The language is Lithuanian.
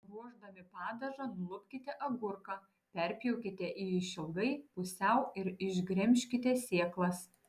ruošdami padažą nulupkite agurką perpjaukite jį išilgai pusiau ir išgremžkite sėklas